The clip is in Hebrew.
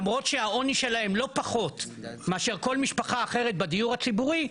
למרות שהעוני שלהם לא פחות מאשר כל משפחה אחרת בדיור הציבורי,